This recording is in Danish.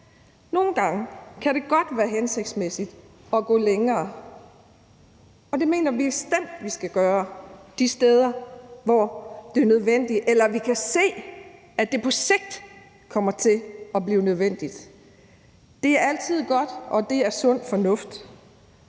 nogle gange kan det godt være hensigtsmæssigt at gå længere, og det mener vi bestemt at vi skal gøre de steder, hvor det er nødvendigt, eller hvor vi kan se at det på sigt kommer til at blive nødvendigt. Det er altid godt, og det er sund fornuft.